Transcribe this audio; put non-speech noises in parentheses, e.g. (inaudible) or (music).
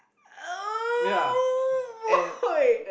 oh boy (laughs)